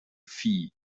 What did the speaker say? phi